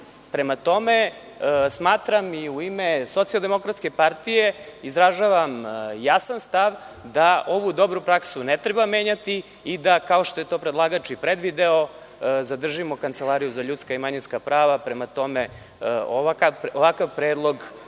tome, smatram i u ime SDPS izražavam jasan stav da ovu dobru praksu ne treba menjati, i da kao što je to predlagač i predvideo zadržimo Kancelariju za ljudska i manjinska prava. Prema tome, ovakav predlog